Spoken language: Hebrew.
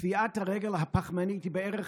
טביעת הרגל הפחמנית היא בערך